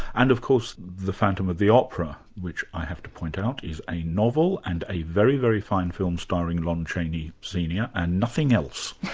and of course the phantom of the opera, which i have to point out is a novel and a very, very fine film starring lon chaney senior, and nothing else.